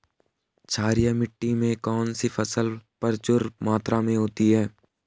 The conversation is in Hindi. क्षारीय मिट्टी में कौन सी फसल प्रचुर मात्रा में होती है?